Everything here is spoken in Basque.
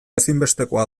ezinbestekoa